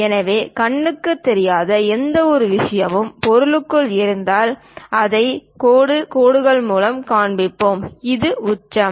எனவே கண்ணுக்குத் தெரியாத எந்தவொரு விஷயமும் பொருளும் இருந்தால் அதை கோடு கோடுகள் மூலம் காண்பிப்போம் இது உச்சம்